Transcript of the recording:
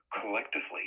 collectively